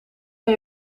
van